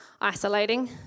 isolating